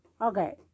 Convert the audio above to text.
Okay